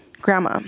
grandma